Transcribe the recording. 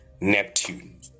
Neptune